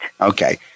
Okay